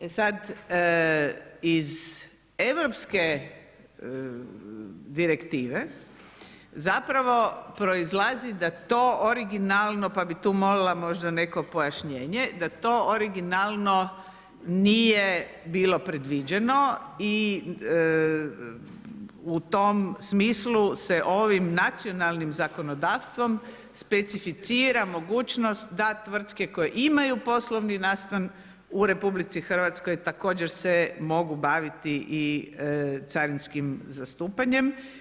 E sad iz Europske direktive zapravo proizlazi da to originalno, pa bi tu mogla možda neko pojašnjenje, da to originalno nije bilo predviđeno i u tom smislu se ovim nacionalnim zakonodavstvom specificira mogućnost da tvrtke koje imaju poslovni nastan u RH također se mogu baviti i carinskim zastupanjem.